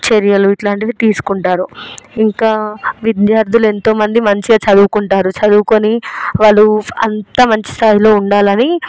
చర్యలు ఇలాంటివి తీసుకుంటారు ఇంకా విద్యార్థులు ఎంతో మంది మంచిగా చదువుకుంటారు చదువుకొని వాళ్ళు అంత మంచి స్థాయిలో ఉండాలని